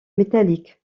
métalliques